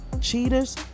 Cheaters